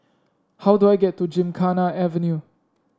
how do I get to Gymkhana Avenue